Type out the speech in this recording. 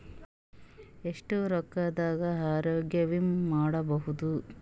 ಎಷ್ಟ ರೊಕ್ಕದ ಆರೋಗ್ಯ ವಿಮಾ ಮಾಡಬಹುದು?